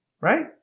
right